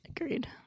Agreed